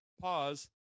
pause